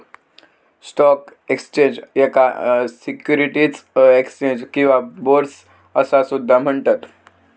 stock exchange, याका securities exchange किंवा bourse असा सुद्धा म्हणतत